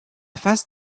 face